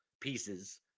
pieces